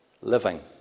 living